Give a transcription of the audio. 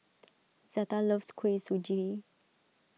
Zetta loves Kuih Suji